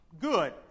good